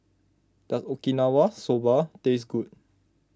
does Okinawa Soba taste good